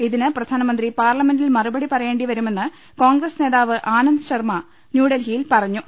ഇതിന് പ്രധാനമന്ത്രി പാർലമെന്റിൽ മറുപടി പറയേണ്ടിവ രുമെന്ന് കോൺഗ്രസ് നേതാവ് ആനന്ദ് ശർമ്മ ന്യൂഡൽഹിയിൽ പറഞ്ഞു